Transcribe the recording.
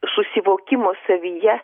susivokimo savyje